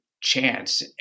chance